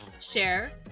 share